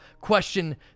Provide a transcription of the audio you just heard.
question